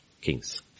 Kings